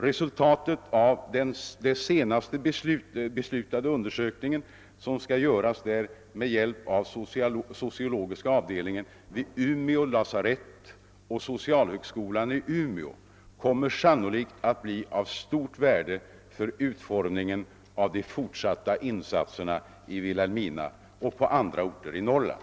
Resultatet av den senast beslutade undersökning som skall göras där med hjälp av sociologiska avdelningen vid Umeå universitet och socialhögskolan i Umeå kommer sannolikt att bli av stort värde för utformningen av de fortsatta insatserna i Vilhelmina och på andra orter i Norrland.